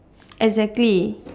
exactly